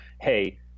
hey